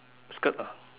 skirt ah